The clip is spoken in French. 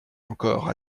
encore